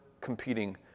competing